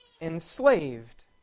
enslaved